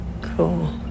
Cool